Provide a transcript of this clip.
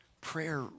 Prayer